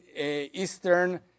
Eastern